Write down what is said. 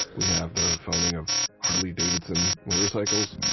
we have the founding of harley-davidson motorcycles.